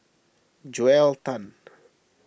Joel Tan